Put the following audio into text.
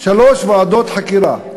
שלוש ועדות חקירה: